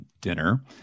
dinner